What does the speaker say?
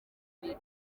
mbere